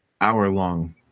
hour-long